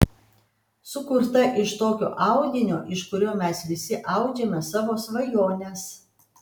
sukurta iš tokio audinio iš kurio mes visi audžiame savo svajones